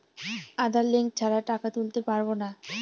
আধার link ছাড়া টাকা তুলতে পারব না?